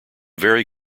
very